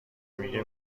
میگه